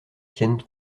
tiennent